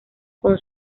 con